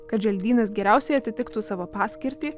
kad želdynas geriausiai atitiktų savo paskirtį